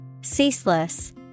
Ceaseless